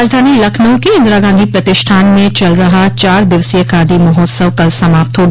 राजधानी लखनऊ के इंदिरा गांधी प्रतिष्ठान में चल रहा चार दिवसीय खादी महोत्सव कल समाप्त हो गया